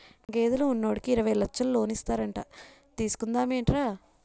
గేదెలు ఉన్నోడికి యిరవై లచ్చలు లోనిస్తారట తీసుకుందా మేట్రా